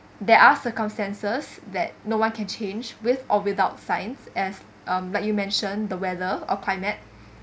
there are circumstances that that no one can change with or without science as(um) like you mentioned the weather or climate